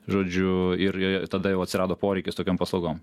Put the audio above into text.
žodžiu ir tada jau atsirado poreikis tokiom paslaugom